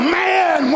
man